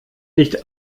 nicht